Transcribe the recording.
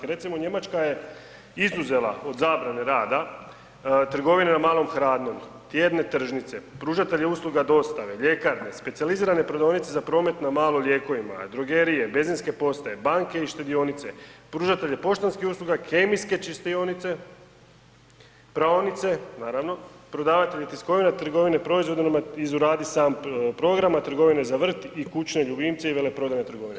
Recimo Njemačka je izuzela od zabrane rada trgovine na malo hranom, tjedne tržnice, pružatelje usluga dostave, ljekarne, specijalizirane prodavaonice za promet na malo lijekovima, drogerije, benzinske postaje, banke i štedionice, pružatelje poštanskih usluga, kemijske čistionice, praonice naravno, prodavatelje tiskovina, trgovine proizvodima iz uradi sam programa, trgovine za vrt i kućne ljubimce i veleprodajne trgovine.